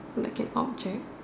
like an object